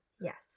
yes